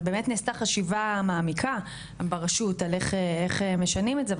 ובאמת נעשתה חשיבה מעמיקה ברשות על איך משנים את זה,